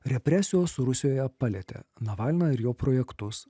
represijos rusijoje palietė navalną ir jo projektus